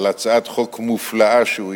על הצעת חוק מופלאה שהוא הגיש.